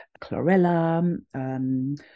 chlorella